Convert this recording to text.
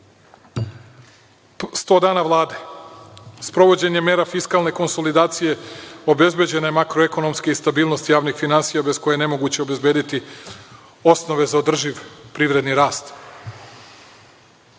dana Vlade. Sprovođenjem mera fiskalne konsolidacije obezbeđena je makroekonomska i stabilnost javnih finansija, bez koje je nemoguće obezbediti osnove za održiv privredni rast. Kada